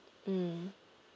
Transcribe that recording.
mm